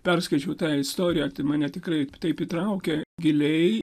perskaičiau tą istoriją tai mane tikrai taip įtraukė giliai